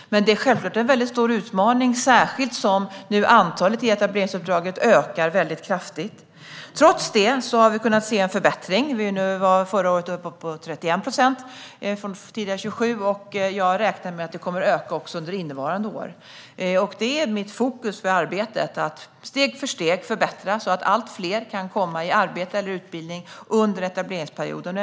Det är självklart en stor utmaning, särskilt som antalet i etableringsuppdraget ökar kraftigt. Trots det har vi kunnat se en förbättring. Förra året var vi uppe på 31 procent, mot tidigare 27 procent, och jag räknar med att det kommer att öka också under innevarande år. Mitt fokus med arbetet är att steg för steg förbättra så att allt fler kan komma i arbete eller utbildning under etableringsperioden.